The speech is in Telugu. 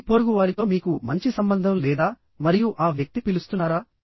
మీ పొరుగువారితో మీకు మంచి సంబంధం లేదా మరియు ఆ వ్యక్తి పిలుస్తున్నారా